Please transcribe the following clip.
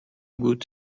بود